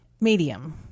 Medium